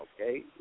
okay